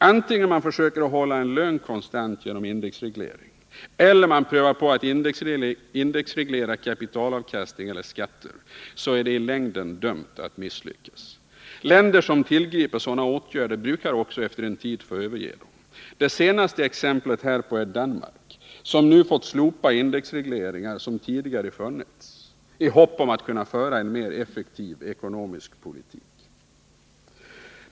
Vare sig man försöker att hålla en lön konstant genom indexreglering eller man prövar på att indexreglera kapitalavkastning eller skatter är det i längden dömt att misslyckas. Länder som tillgriper sådana åtgärder brukar efter en tid få överge dem. Det senaste exemplet härpå är Danmark, som nu fått slopa indexregleringar som tidigare funnits i hopp om att kunna föra en mer effektiv ekonomisk politik.